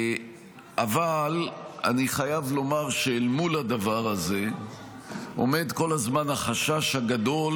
אבל אני חייב לומר שאל מול הדבר הזה עומד כל הזמן החשש הגדול